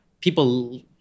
people